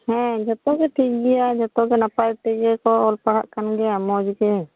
ᱦᱮᱸ ᱡᱚᱛᱚ ᱜᱮ ᱴᱷᱤᱠ ᱜᱮᱭᱟ ᱡᱚᱛᱚ ᱜᱮ ᱱᱟᱯᱟᱭ ᱛᱮᱜᱮ ᱠᱚ ᱚᱞ ᱯᱟᱲᱦᱟᱜ ᱠᱟᱱ ᱜᱮᱭᱟ ᱢᱚᱡᱽ ᱜᱮ